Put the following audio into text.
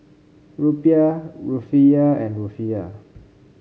Rupiah Rufiyaa and Rufiyaa